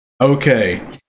okay